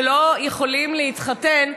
שלא יכולים להתחתן,